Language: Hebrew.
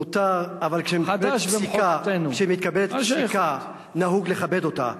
מותר, אבל כשמתקבלת פסיקה נהוג לכבד אותה.